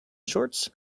shorts